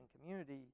community